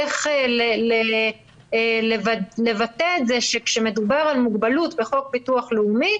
איך לבטא את זה שכשמדובר על מוגבלות בחוק ביטוח לאומי,